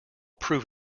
prove